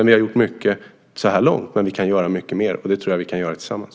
Vi har gjort mycket så här långt, men vi kan göra mycket mer. Och det tror jag att vi kan göra tillsammans.